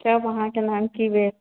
कि बौआ अहाँके नाम की भेल